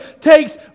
takes